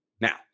Now